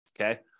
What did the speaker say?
Okay